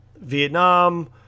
Vietnam